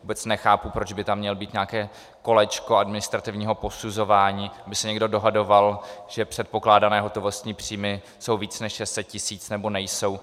Vůbec nechápu, proč by tam mělo být nějaké kolečko administrativního posuzování, aby se někdo dohadoval, že předpokládané hotovostní příjmy jsou více než 600 tisíc, nebo nejsou.